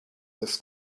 this